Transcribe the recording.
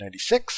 1996